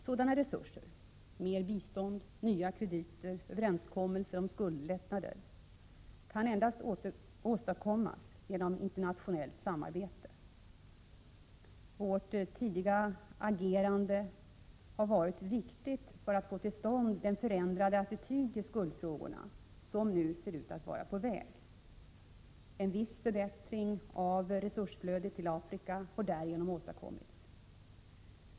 Sådana resurser — mer bistånd, nya krediter och överenskommelser om skuldlättnader — kan endast åstadkommas genom internationellt samarbete. Vårt tidiga agerande har varit viktigt när det gäller att få till stånd den förändrade attityd till skuldfrågorna som nu ser ut att vara på väg. En viss förbättring av resursflödet till Afrika har därigenom åstadkommits.